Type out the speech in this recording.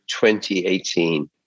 2018